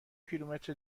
کیلومتر